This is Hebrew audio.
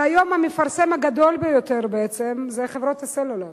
שהיום המפרסם הגדול ביותר בעצם זה חברות הסלולר,